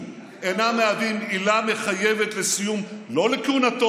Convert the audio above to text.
אינם מהווים עילה מחייבת לא לסיום כהונתו,